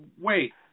wait